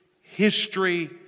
history